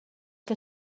que